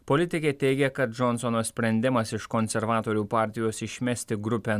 politikė teigė kad džonsono sprendimas iš konservatorių partijos išmesti grupę